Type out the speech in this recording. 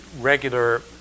regular